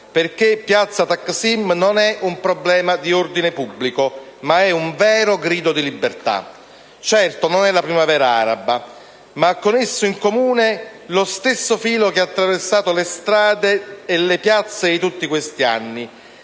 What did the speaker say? perché piazza Taksim non è un problema di ordine pubblico ma è un vero grido di libertà. Certo, non è la Primavera araba, ma ha con essa in comune lo stesso filo che ha attraversato le strade e le piazze in tutti questi anni: